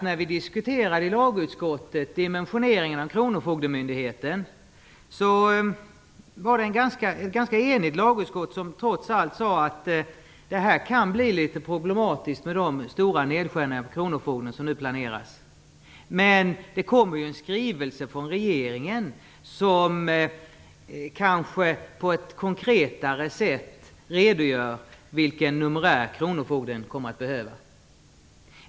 När vi i lagutskottet bl.a. diskuterade dimensioneringen av Kronofogdemyndigheten var det ett ganska enigt lagutskott som trots allt sade att det kan bli litet problematiskt med de stora nedskärningar för Kronofogdemyndigheten som nu planeras. Det kommer en skrivelse från regeringen som kanske på ett mer konkret sätt redogör för vilken numerär kronofogden kommer att behöva.